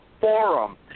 forum